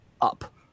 up